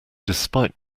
despite